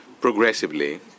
progressively